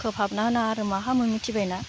खोबहाबना होना आरो मा खालामो मिथिबायना